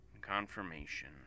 Confirmation